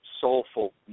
Soulful